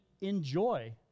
enjoy